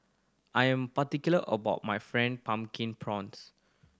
I am particular about my Fried Pumpkin Prawns